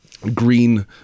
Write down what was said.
Green